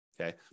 okay